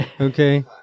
Okay